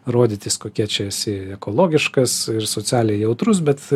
rodytis kokie čia esi ekologiškas ir socialiai jautrus bet